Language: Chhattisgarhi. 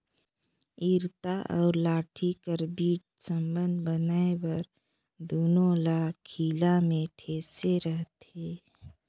इरता अउ लाठी कर बीच संबंध बनाए बर दूनो ल खीला मे ठेसे रहथे